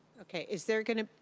okay. is there going to